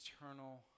Eternal